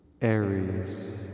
Aries